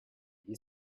wie